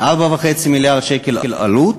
4.5 מיליארד שקל עלות,